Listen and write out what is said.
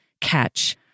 catch